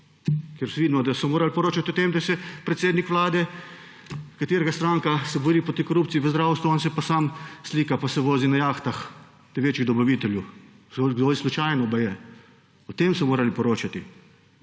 ker vidimo, da so morali poročati o tem, da se predsednik vlade, katerega stranka se bori proti korupciji v zdravstvu, on se pa sam slika, pa se vozi na jahtah teh večjih dobaviteljev. Bilo je slučajno baje. O tem so morali poročati.